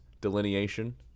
delineation